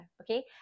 okay